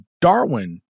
Darwin